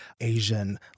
Asian